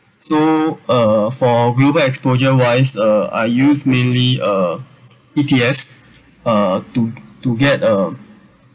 so uh for global exposure wise uh I use mainly uh E_T_S uh to to get uh